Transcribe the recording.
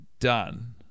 done